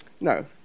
No